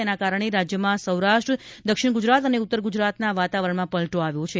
તેના કારણે રાજ્યમાં સૌરાષ્ટ્ર દક્ષિણ ગુજરાત અને ઉત્તર ગુજરાતના વાતાવરણમાં પલટો આવ્યો છે